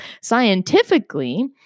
Scientifically